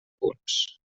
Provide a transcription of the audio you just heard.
punts